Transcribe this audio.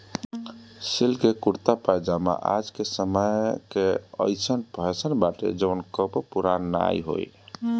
silk के कुरता पायजामा आज के समय कअ अइसन फैशन बाटे जवन कबो पुरान नाइ होई